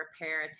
repair